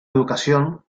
educación